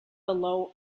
below